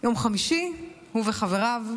ביום חמישי הוא וחבריו,